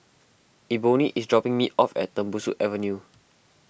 Ebony is dropping me off at Tembusu Avenue